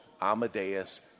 Amadeus